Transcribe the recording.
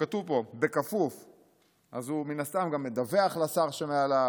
כתוב פה "בכפוף" אז הוא מן הסתם גם מדווח לשר שמעליו,